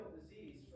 disease